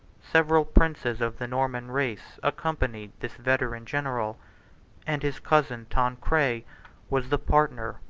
several princes of the norman race accompanied this veteran general and his cousin tancred was the partner,